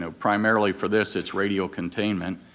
ah primarily for this it's radial containment